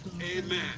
Amen